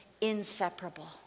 inseparable